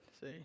See